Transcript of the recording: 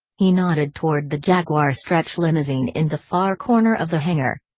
he nodded toward the jaguar stretch limousine in the far corner of the hangar.